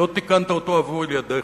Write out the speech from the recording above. שלא תיקנת אותו עבור ילדיך.